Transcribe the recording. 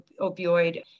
opioid